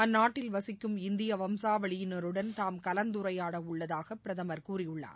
அந்நாட்டில் வசிக்கும் இந்திய வம்சவழியினருடன் தாம் கலந்துரையாட உள்ளதாக பிரதமர் கூறியுள்ளார்